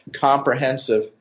comprehensive